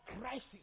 crisis